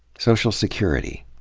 social security.